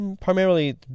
primarily